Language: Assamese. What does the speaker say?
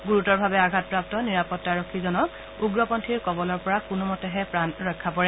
গুৰুতৰভাৱে আঘাতপ্ৰাপ্ত নিৰাপত্তাৰক্ষীজন উগ্ৰপন্থীৰ কবলৰ পৰা কোনোমতেহে প্ৰাণ ৰক্ষা পৰে